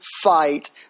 fight